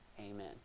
amen